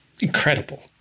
incredible